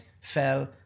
fell